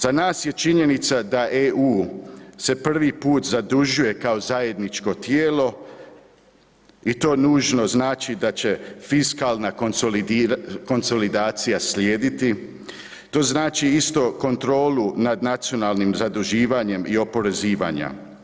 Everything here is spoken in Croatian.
Za nas je činjenica da EU se prvi put zadužuje kao zajedničko tijelo i to nužno znači da će fiskalna konsolidacija slijediti, to znači isto kontrolu nad nacionalnim zaduživanjem i oporezivanja.